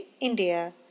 India